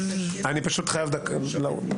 אני פשוט חייב לעוף.